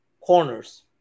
corners